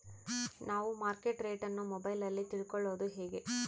ನಾವು market rate ಅನ್ನು ಮೊಬೈಲಲ್ಲಿ ತಿಳ್ಕಳೋದು ಹೇಗೆ?